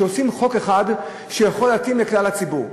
שעושים חוק אחד שיכול להתאים לכלל הציבור.